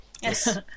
Yes